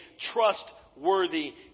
trustworthy